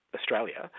Australia